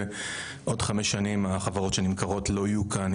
ועוד חמש שנים החברות שנמכרות לא יהיו כאן,